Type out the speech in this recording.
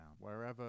wherever